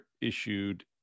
issued